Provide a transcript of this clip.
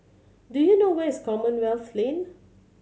do you know where is Commonwealth Lane